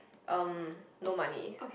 um no money